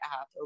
app